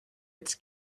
its